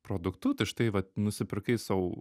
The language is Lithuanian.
produktu tai štai vat nusipirkai sau